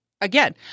again